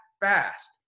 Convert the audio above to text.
fast